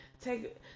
Take